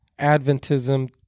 Adventism